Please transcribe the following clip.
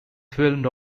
filmed